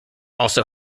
also